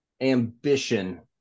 ambition